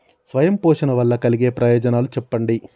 స్వయం పోషణ వల్ల కలిగే ప్రయోజనాలు చెప్పండి?